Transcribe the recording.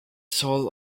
soul